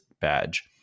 badge